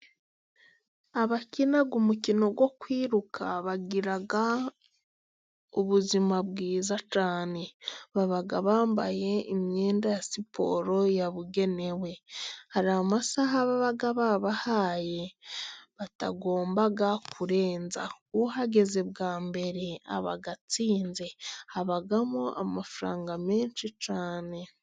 Abakina umukino wo kwiruka bagira ubuzima bwiza cyane. Baba bambaye imyenda ya siporo yabugenewe. Hari amasaha baba babahaye batagomba kurenza. uhageze bwa mbere aba atsinze, habamo amafaranga menshi cyane.